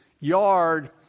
yard